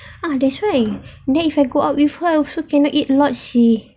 ah that's why then if I go out with her also cannot eat a lot seh